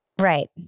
Right